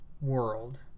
world